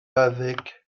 feddyg